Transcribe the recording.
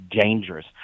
dangerous